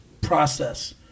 process